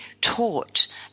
taught